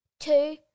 two